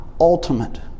ultimate